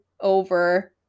over